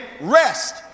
rest